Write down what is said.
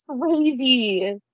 crazy